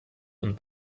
und